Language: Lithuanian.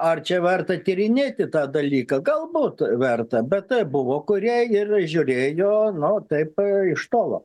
ar čia verta tyrinėti tą dalyką galbūt verta bet buvo kurie ir žiūrėjo nu taip iš tolo